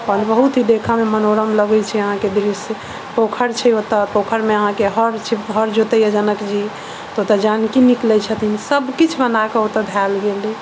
आओर बहुत ही देखऽ मे मनोरम लगै छै यहाँ के दृश्य पोखरि छै ओतऽ पोखरि मे अहाँके हर छै हर जोतय यऽ जनकजी तऽ ओतऽ जानकी निकलै छथिन सबकिछु बना कऽ ओतऽ धयल गेल